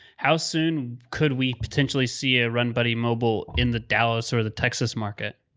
how soon could we potentially see a run buddy mobile in the dallas or the texas market?